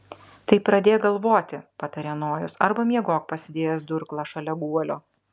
tai pradėk galvoti patarė nojus arba miegok pasidėjęs durklą šalia guolio